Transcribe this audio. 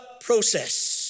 process